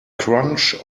crunch